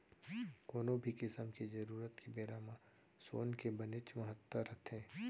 कोनो भी किसम के जरूरत के बेरा म सोन के बनेच महत्ता रथे